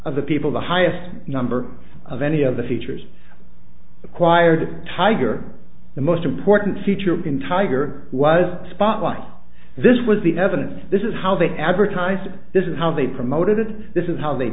of the people the highest number of any of the features acquired tiger the most important feature in tiger was spotlight this was the evidence this is how they advertise this is how they promoted it this is how they